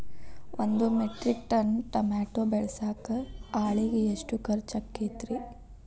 ಒಂದು metric ton tomato ಬೆಳಸಾಕ್ ಆಳಿಗೆ ಎಷ್ಟು ಖರ್ಚ್ ಆಕ್ಕೇತ್ರಿ?